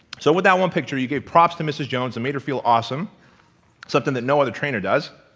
so without one picture you give props to missus jones and me to feel awesome something that no other trainer does